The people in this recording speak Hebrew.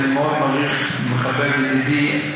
ואני מאוד מעריך ומכבד את ידידי,